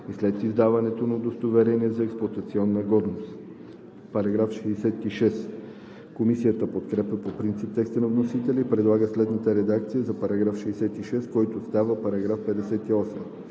и след издаването на удостоверение за експлоатационна годност.“ Комисията подкрепя по принцип текста на вносителя и предлага следната редакция за § 66, който става § 58: „§ 58.